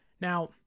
Now